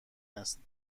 است